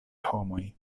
homoj